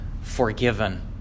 forgiven